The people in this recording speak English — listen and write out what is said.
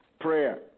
Prayer